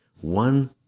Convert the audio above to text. one